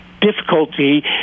difficulty